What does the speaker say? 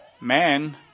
man